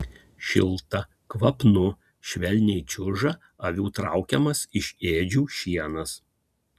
šilta kvapnu švelniai čiuža avių traukiamas iš ėdžių šienas